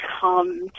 come